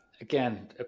again